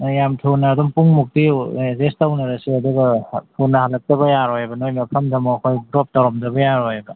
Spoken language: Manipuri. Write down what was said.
ꯍꯣꯏ ꯌꯥꯝ ꯊꯨꯅ ꯑꯗꯨꯝ ꯄꯨꯡꯃꯨꯛꯇꯤ ꯑꯦꯖꯦꯁ ꯇꯧꯅꯔꯁꯦ ꯑꯗꯨꯒ ꯊꯨꯅ ꯍꯜꯂꯛꯇꯕ ꯌꯥꯔꯣꯏꯑꯕ ꯅꯣꯏ ꯃꯐꯝꯗ ꯑꯃꯨꯛ ꯑꯩꯈꯣꯏ ꯗ꯭ꯔꯣꯞ ꯇꯧꯔꯝꯗꯕ ꯌꯥꯔꯣꯏꯕ